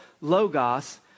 Logos